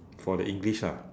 for the english ah